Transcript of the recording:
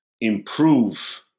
improve